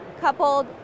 coupled